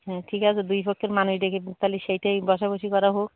হ্যাঁ ঠিক আছে দুই পক্ষের মানুষ ডেকে তাহলে সেটাই বসাবসি করা হোক